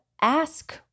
Ask